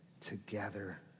together